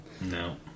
No